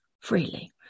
freely